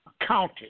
accounted